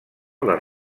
les